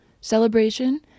celebration